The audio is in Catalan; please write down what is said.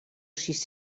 sis